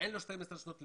אין לו 12 שנות לימוד.